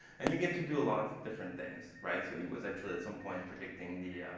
and you get to do a lot of different things. right, so he was actually at some point predicting the